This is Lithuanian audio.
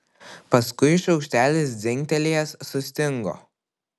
paskui šaukštelis dzingtelėjęs sustingo